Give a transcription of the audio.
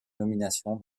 nomination